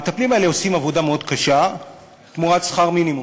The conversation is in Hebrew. המטפלים האלה עושים עבודה מאוד קשה תמורת שכר מינימום.